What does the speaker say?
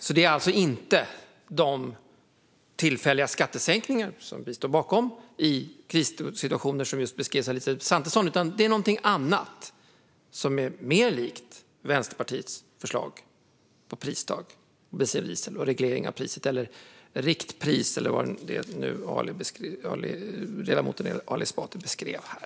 Det gäller alltså inte de tillfälliga skattesänkningar vid krissituationer som vi står bakom och som Elisabeth Svantesson just beskrev, utan det är något annat. Det är mer likt Vänsterpartiets förslag på pristak för bensin och diesel och reglering av priset, ett riktpris eller hur ledamoten Ali Esbati nu beskrev det här.